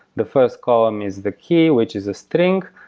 the first column is the key, which is a string,